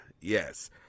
yes